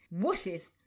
Wusses